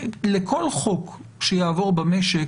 לכל חוק שיעבור במשק,